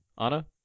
Anna